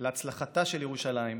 להצלחתה של ירושלים,